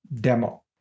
demo